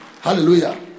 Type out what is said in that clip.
Hallelujah